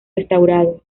restaurado